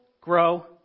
grow